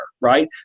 right